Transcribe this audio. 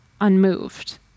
unmoved